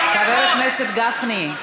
חבר הכנסת גפני,